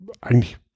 Eigentlich